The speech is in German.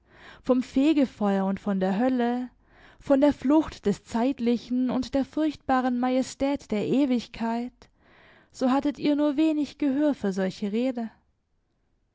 vom fegefeuer und von der hölle von der flucht des zeitlichen und der furchtbaren majestät der ewigkeit so hattet ihr nur wenig gehör für solche rede